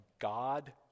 God